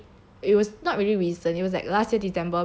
it was not really recent it was like last year december we had like